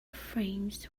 frames